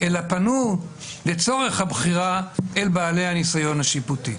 אלא פנו לצורך הבחירה אל בעלי הניסיון השיפוטי.